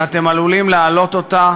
ואתם עלולים להעלות אותה